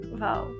wow